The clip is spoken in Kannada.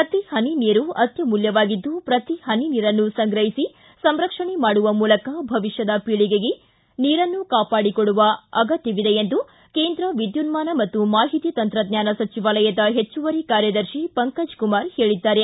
ಪ್ರತಿ ಹನಿ ನೀರು ಅತ್ಯಮೂಲ್ಕವಾಗಿದ್ದು ಪ್ರತಿ ಹನಿ ನೀರನ್ನು ಸಂಗ್ರಹಿಸಿ ಸಂರಕ್ಷಣೆ ಮಾಡುವ ಮೂಲಕ ಭವಿಷ್ಠದ ಪೀಳಗೆಗೆ ನೀರನ್ನು ಕಾಪಾಡಿಕೊಡುವ ಅಗತ್ತವಿದೆ ಎಂದು ಕೇಂದ್ರ ವಿದ್ಯುವ್ಮಾನ ಮತ್ತು ಮಾಹಿತಿ ತಂತ್ರಜ್ಞಾನ ಸಚಿವಾಲಯದ ಹೆಚ್ಚುವರಿ ಕಾರ್ಯದರ್ಶಿ ಪಂಕಜ್ಕುಮಾರ್ ಹೇಳಿದ್ದಾರೆ